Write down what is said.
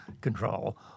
control